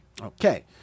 Okay